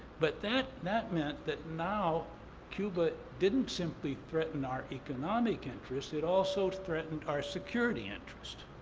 but that that meant that now cuba didn't simply threatened our economic interest, it also threatened our security interest.